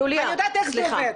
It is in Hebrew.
אני יודעת איך זה עובד,